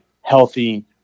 healthy